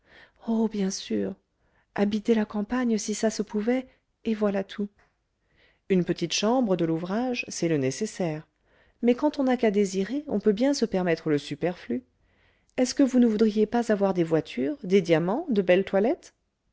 oh bien sûr habiter la campagne si ça se pouvait et voilà tout une petite chambre de l'ouvrage c'est le nécessaire mais quand on n'a qu'à désirer on peut bien se permettre le superflu est-ce que vous ne voudriez pas avoir des voitures des diamants de belles toilettes